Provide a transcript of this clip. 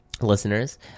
listeners